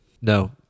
No